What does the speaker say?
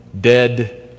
dead